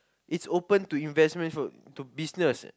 it's open to investments for to business